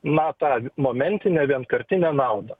na tą momentinę vienkartinę naudą